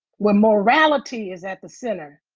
where morality is at the center,